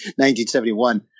1971